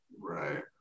Right